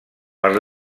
per